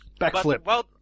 Backflip